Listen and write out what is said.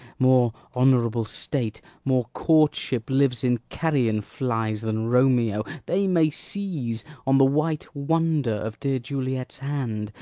more honourable state, more courtship lives in carrion flies than romeo they may seize on the white wonder of dear juliet's hand,